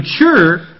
mature